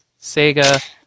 Sega